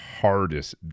hardest